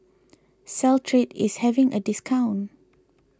Caltrate is having a discount